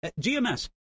GMS